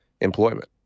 employment